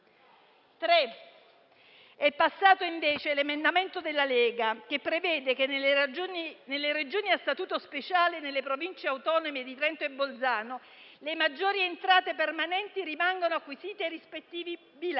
è passato, invece, un emendamento della Lega che prevede che nelle Regioni a Statuto speciale e nelle Province autonome di Trento e Bolzano, le maggiori entrate permanenti rimangano acquisite ai rispettivi bilanci.